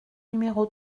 numéro